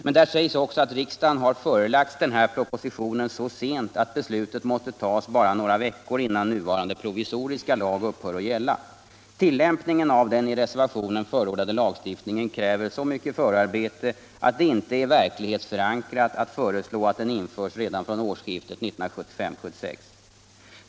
Men där sägs också att riksdagen har förelagts propositionen så sent att beslutet måste tas bara några veckor innan nuvarande provisoriska lag upphör att gälla. Tillämpningen av den i reservationen förordade lagstiftningen kräver så mycket förarbete att det inte är verklighetsförankrat att föreslå att den införs redan från årsskiftet 1975-1976.